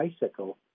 bicycle